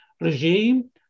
regime